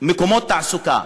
מקומות תעסוקה?